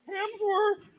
Hemsworth